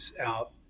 out